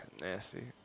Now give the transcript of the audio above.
Nasty